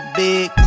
big